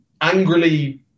angrily